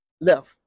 left